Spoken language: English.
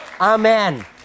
Amen